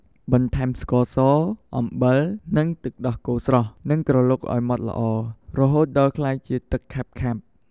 បន្ថែមស្ករស អំបិល និងទឹកដោះគោស្រស់ និងក្រឡុកឲ្យម៉ដ្ឋល្អ រហូតដល់ក្លាយជាទឹកខាប់ៗ។